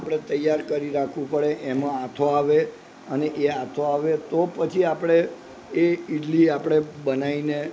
આપણે તૈયાર કરી રાખવું પડે એમાં આથો આવે અને એ આથો આવે તો પછી આપણે એ ઈડલી આપણે બનાવીને